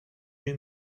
two